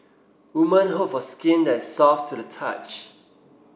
women hope for skin that is soft to the touch